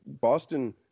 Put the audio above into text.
Boston